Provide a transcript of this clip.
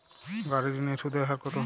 গাড়ির ঋণের সুদের হার কতো?